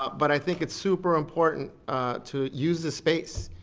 but i think it's super important to use this space.